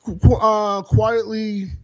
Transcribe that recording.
quietly